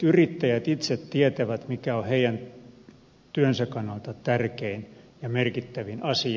yrittäjät itse tietävät mikä on heidän työnsä kannalta tärkein ja merkittävin asia